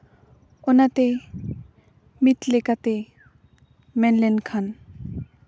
ᱚᱱᱟᱛᱮ ᱢᱤᱫ ᱞᱮᱠᱟᱛᱮ ᱢᱮᱱ ᱞᱮᱠᱷᱟᱱ